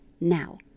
Now